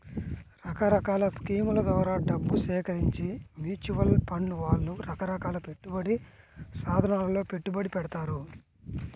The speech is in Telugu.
రకరకాల స్కీముల ద్వారా డబ్బు సేకరించి మ్యూచువల్ ఫండ్ వాళ్ళు రకరకాల పెట్టుబడి సాధనాలలో పెట్టుబడి పెడతారు